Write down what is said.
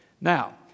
Now